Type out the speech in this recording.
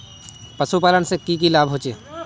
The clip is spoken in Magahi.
पशुपालन से की की लाभ होचे?